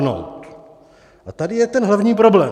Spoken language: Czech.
A tady je ten hlavní problém.